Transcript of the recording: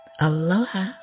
Aloha